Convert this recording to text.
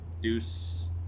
Deuce